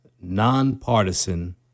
nonpartisan